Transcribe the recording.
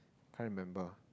can't remember